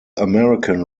american